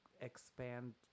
expand